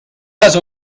las